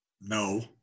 no